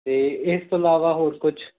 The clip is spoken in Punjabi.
ਅਤੇ ਇਸ ਤੋਂ ਇਲਾਵਾ ਹੋਰ ਕੁਝ